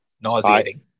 Nauseating